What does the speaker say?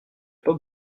pas